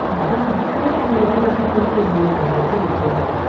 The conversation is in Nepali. दु दुईवटै सेन्ड गरिदिई राख्नुहोस् न कि म हेर्छु नि एकपल्ट